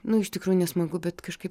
nu iš tikrųjų nesmagu bet kažkaip